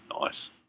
Nice